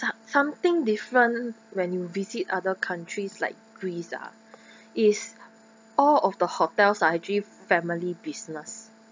but something different when you visit other countries like greece ah is all of the hotels are actually family business